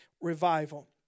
revival